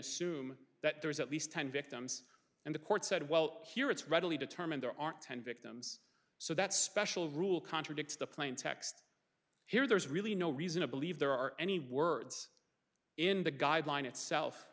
assume that there is at least ten victims and the court said well here it's readily determined there are ten victims so that special rule contradicts the plain text here there's really no reason to believe there are any words in the guideline itself